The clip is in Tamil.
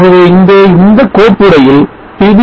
ஆகவே இங்கே இந்த கோப்புறையில் pv